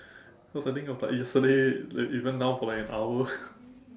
cause I think it was like yesterday like even now for like an hour